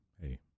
hey